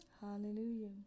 Hallelujah